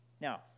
Now